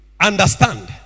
understand